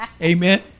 Amen